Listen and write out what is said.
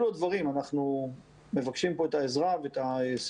אלו הדברים, אנחנו מבקשים פה את העזרה והסיוע.